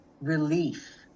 relief